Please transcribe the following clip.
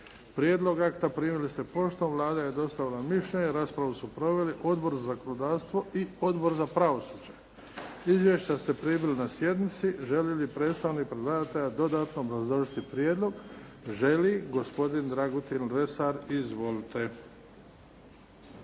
Prijedlog akta primili ste poštom. Vlada je dostavila mišljenje. Raspravu su proveli Odbor za zakonodavstvo i Odbor za pravosuđe. Izvješća ste primili na sjednici. Želi li predstavnik predlagatelja dodatno obrazložiti prijedlog? Gospodin Dragutin Lesar. Izvolite.